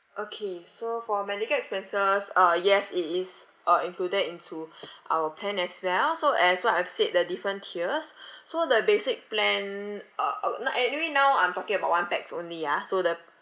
okay so for medical expenses uh yes it is uh included into our plan as well so as what I've said there are different tiers so the basic plan uh I would na~ anyway now I'm talking about one pax only ya so the